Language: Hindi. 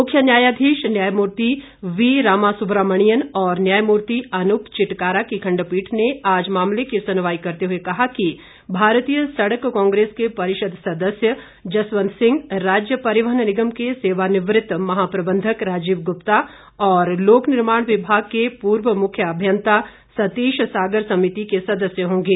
मुख्य न्यायाधीश न्यायमूर्ति वी रामासुब्रमणियन और न्यायमूर्ति अनूप चिटकारा की खंडपीठ ने आज मामले की सुनवाई करते हुए कहा कि भारतीय सड़क कांग्रेस के परिषद सदस्य जसवंत सिंह राज्य परिवहन निगम के सेवानिवृत महाप्रबंधक राजीव गुप्ता और लोक निर्माण विभाग के पूर्व मुख्य अभियंता सतीश सागर समिति के सदस्य होंगे